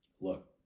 look